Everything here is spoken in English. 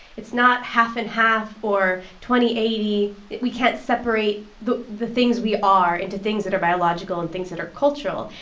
it's not half and half, or twenty eighty, we can't separate the the things we are into things that are biological and things that are cultural.